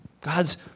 God's